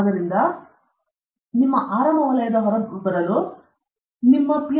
ಆದ್ದರಿಂದ ನಂತರ ಬೇಗ ನೀವು ನಿಮ್ಮ ಆರಾಮ ವಲಯದ ಹೊರಬರಲು ಮತ್ತು ನಿಮ್ಮ Ph